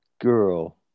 girl